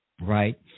right